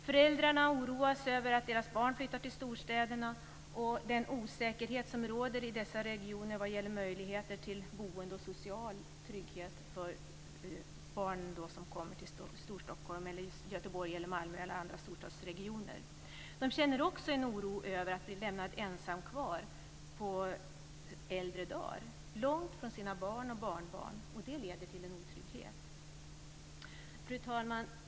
Föräldrarna oroas över att deras barn flyttar till storstäderna - Storstockholm, Göteborg, Malmö eller andra storstadsregioner - och över den osäkerhet som råder i dessa regioner vad gäller möjligheter till boende och social trygghet. De känner också en oro över att bli lämnade ensamma kvar på äldre dagar, långt från sina barn och barnbarn. Det leder till en otrygghet. Fru talman!